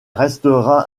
restera